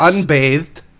unbathed